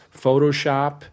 Photoshop